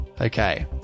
Okay